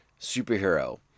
superhero